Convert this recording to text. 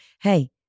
hey